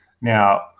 Now